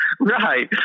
Right